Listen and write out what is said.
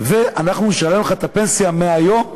ואנחנו נשלם לך את הפנסיה מהיום,